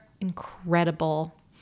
incredible